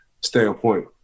standpoint